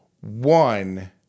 One